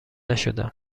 نشدم